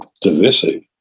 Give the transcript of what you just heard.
divisive